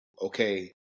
okay